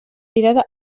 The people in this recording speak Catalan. tirada